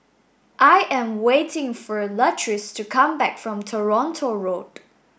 I am waiting for Latrice to come back from Toronto Road